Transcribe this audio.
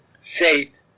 faith